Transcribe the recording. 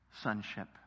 sonship